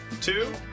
two